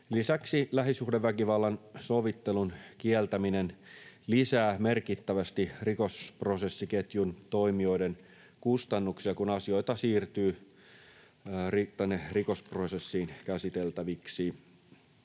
Lisäksi lähisuhdeväkivallan sovittelun kieltäminen lisää merkittävästi rikosprosessiketjun toimijoiden kustannuksia, kun asioita siirtyy rikosprosessiin käsiteltäviksi.